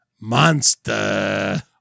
Monster